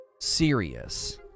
serious